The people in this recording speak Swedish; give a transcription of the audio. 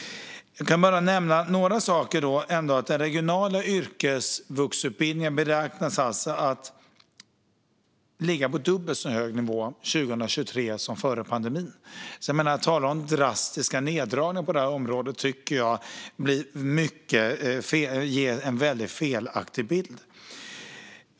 Jag kan ändå nämna några saker. Den regionala yrkesvuxutbildningen beräknas 2023 ligga på en nivå som är dubbelt så hög som före pandemin. Att tala om drastiska neddragningar på området tycker jag därför är att ge en felaktig bild.